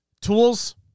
Tools